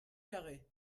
carré